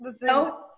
No